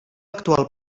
actual